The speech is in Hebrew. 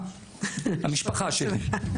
המשפחה שלי.